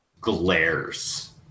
glares